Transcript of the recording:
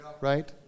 Right